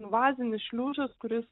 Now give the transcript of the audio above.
invazinis šliužas kuris